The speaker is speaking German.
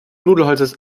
nudelholzes